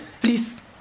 please